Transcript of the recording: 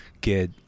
get